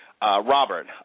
Robert